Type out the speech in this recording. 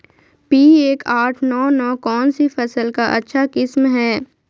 P एक आठ नौ नौ कौन सी फसल का अच्छा किस्म हैं?